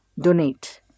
donate